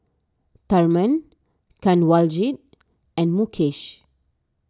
Tharman Kanwaljit and Mukesh